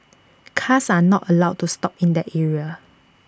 cars are not allowed to stop in that area